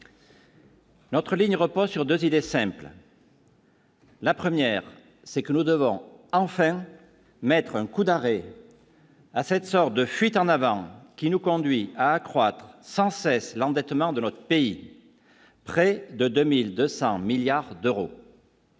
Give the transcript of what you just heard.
Notre ligne repose sur 2 idées simples. La 1ère c'est que nous devons enfin mettre un coup d'arrêt à cette sorte de fuite en avant qui nous conduit à accroître sans cesse l'endettement de notre pays, près de 2200 milliards d'euros.